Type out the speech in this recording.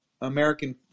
American